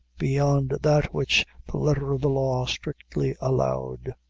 beyond that which the letter of the law strictly allowed.